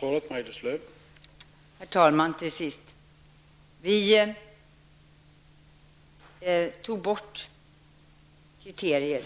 Herr talman! För det första tog vi bort kriterier